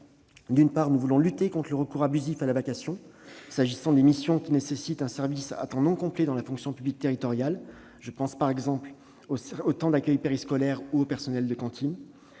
D'une part, nous voulons lutter contre le recours abusif à la vacation dans le cadre des missions nécessitant un service à temps non complet dans la fonction publique territoriale. Je pense par exemple au temps d'accueil périscolaire ou aux personnels de cantine.